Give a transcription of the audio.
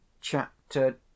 chapter